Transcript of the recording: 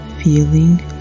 feeling